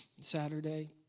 Saturday